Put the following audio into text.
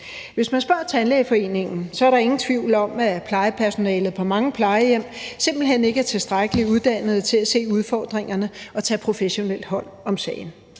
Hvis man spørger Tandlægeforeningen, er der ingen tvivl om, at plejepersonalet på mange plejehjem simpelt hen ikke er tilstrækkeligt uddannet til at se udfordringerne og tage professionelt hånd om sagen.